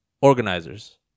organizers